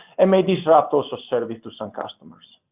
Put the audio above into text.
and may disrupt also service to some customers.